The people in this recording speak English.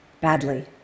badly